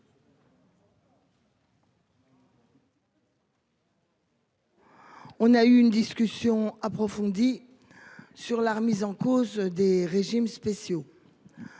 On a eu une discussion approfondie. Sur la remise en cause des régimes spéciaux.